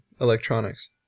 electronics